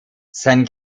sein